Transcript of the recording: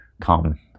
Come